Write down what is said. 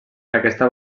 aquesta